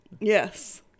Yes